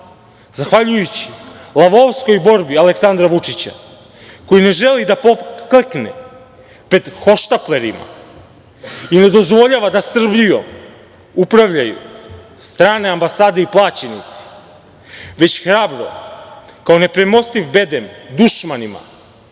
zahvaljujući lavovskoj borbi Aleksandra Vučića, koji ne želi da poklekne pred hohštaplerima i ne dozvoljava da Srbijom upravljaju strane ambasade i plaćenici, već hrabro kao nepremostiv bedem dušmanima,